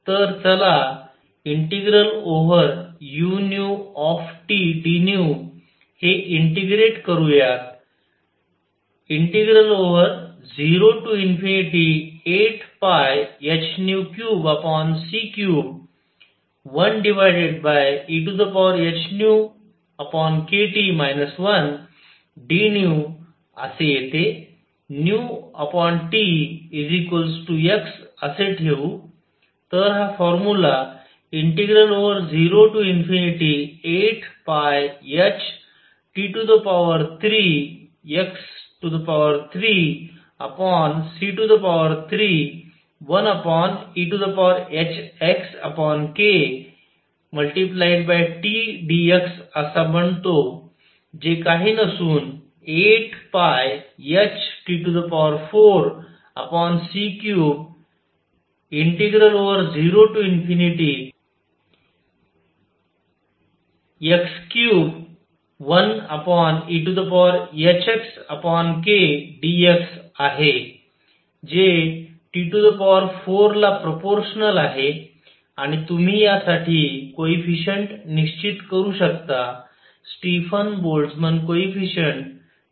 तर चला ∫udν हे इंटिग्रेट करूयात ∫08πh3c31 ehνkT 1dνअसे येते T x असे ठेऊ तर हा फॉर्मुला ∫08πhT3x3c31 ehxkTdxअसा बनतो जे काही नसून 8πhT4c3∫0x31 ehxkdx आहे जे T4 ला प्रोपोर्शनल आहे आणि तुम्ही या साठी कोइफिशिएंट निश्चित करू शकता स्टीफन बोल्टझ्झन कोइफिशिएंट निश्चित करू शकता